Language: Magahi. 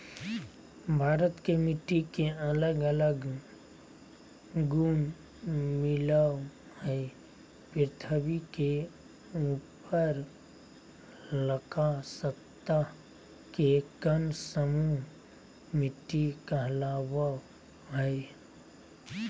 भारत के मिट्टी के अलग अलग गुण मिलअ हई, पृथ्वी के ऊपरलका सतह के कण समूह मिट्टी कहलावअ हई